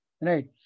Right